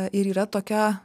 ir yra tokia